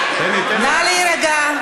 נא להירגע.